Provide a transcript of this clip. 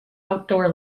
outdoor